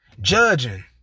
Judging